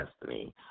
destiny